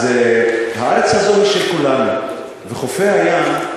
אז הארץ הזו היא של כולנו, וחופי הים,